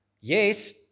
Yes